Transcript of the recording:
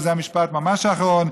וזה המשפט ממש האחרון,